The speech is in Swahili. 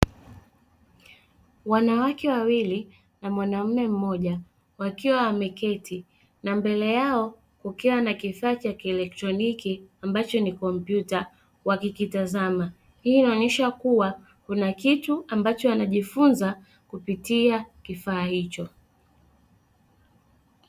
Wanawake wawili na mwanamume mmoja wakiwa wameketi na mbele yao kukiwa na kifaa cha kielektroniki ambacho ni kompyuta wakikitazama, hii inaonyesha kuwa kuna kitu ambacho anajifunza kupitia kifaa hicho.